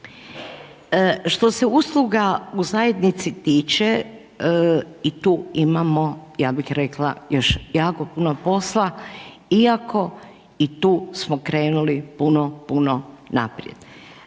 Što se usluga u zajednici tiče i tu imamo, ja bih rekla još jako puno posla iako i tu smo krenuli puno, puno naprijed.